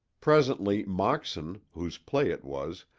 presently moxon, whose play it was,